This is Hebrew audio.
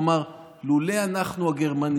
הוא אמר: לולא אנחנו הגרמנים